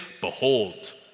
Behold